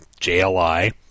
JLI